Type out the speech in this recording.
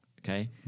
Okay